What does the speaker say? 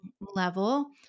level